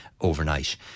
overnight